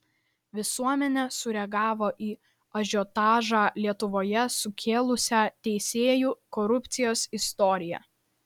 visuomenė sureagavo į ažiotažą lietuvoje sukėlusią teisėjų korupcijos istoriją